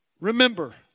Remember